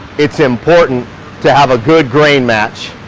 it's important to have a good grain match.